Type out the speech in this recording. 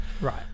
Right